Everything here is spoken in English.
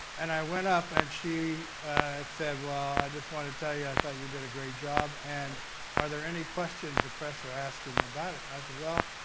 and i went up and she said, well, ah i just want to tell you i thought you did a great job and are there any questions the press are asking about it? said, well,